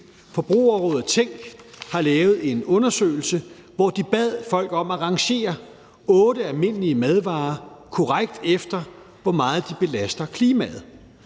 Forbrugerrådet Tænk har lavet en undersøgelse, hvor de bad folk om at rangere otte almindelige madvarer korrekt, efter hvor meget de belaster klimaet.